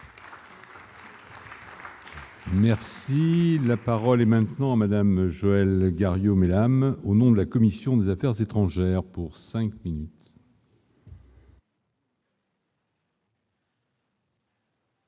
Merci, la parole et même. Non Madame Joëlle Garriaud-Maylam, au nom de la commission des Affaires étrangères pour 5 minutes.